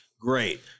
great